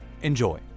Enjoy